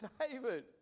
David